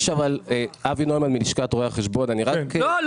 אבי נוימן מלשכת רואי החשבון -- לא,